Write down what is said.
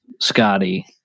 Scotty